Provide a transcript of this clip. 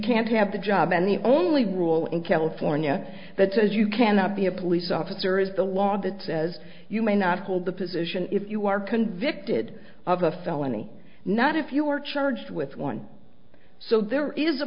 can't have the job and the only rule in california that says you cannot be a police officer is the law that says you may not hold the position if you are convicted of a felony not if you are charged with one so there is a